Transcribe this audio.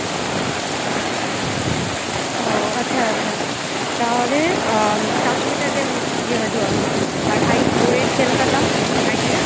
ᱚ ᱟᱪᱪᱷᱟ ᱟᱪᱪᱷᱟ ᱛᱟᱦᱞᱮ ᱪᱟᱨᱥᱚ ᱢᱤᱴᱟᱨ ᱨᱮᱢ ᱤᱭᱟᱹ ᱦᱤᱡᱩᱜᱼᱟᱢ ᱵᱟᱝ ᱟᱨ ᱦᱟᱭᱤᱴ ᱚᱭᱮᱴ ᱪᱮᱫᱞᱮᱠᱟ ᱛᱟᱢ ᱟᱭᱰᱤᱭᱟ